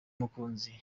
umukunzi